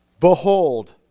Behold